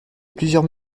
plusieurs